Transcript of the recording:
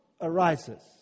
arises